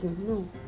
no